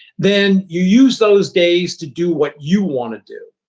then you use those days to do what you want to do.